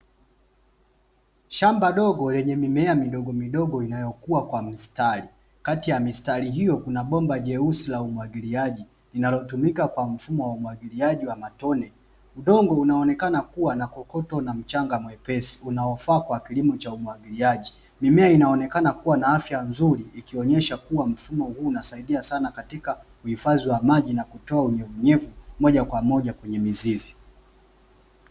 Shamba dogo lenye mimea midogo midogo inayokuwa kwa mstari. Kati ya mistari hiyo, kuna bomba jeusi la umwagiliaji, linalotumika kwa mfumo wa umwagiliaji wa matone. Udongo unaonekana kuwa na kokoto na mchana mwepesi, unaofaa kwa kilimo cha umwagiliaji. Mimea inaonekana kuwa na afya nzuri, ikionyesha kuwa mfumo huu unasaidia sana katika uhifadhi wa maji na kutoa unyevunyevu, moja kwa moja kwenye mizizi.